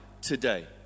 today